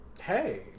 hey